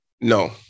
No